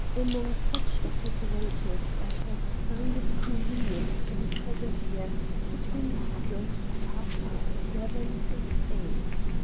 among such of his relatives as have found it convenient to be present here between the strokes of half-past seven and eight.